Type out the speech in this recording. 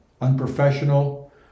unprofessional